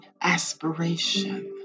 aspiration